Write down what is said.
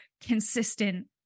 consistent